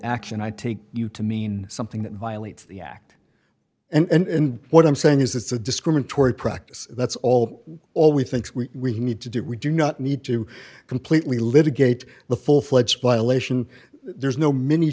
action i take you to mean something that violates the act and what i'm saying is it's a discriminatory practice that's all all we think we need to do we do not need to completely litigate the full fledged violation there's no mini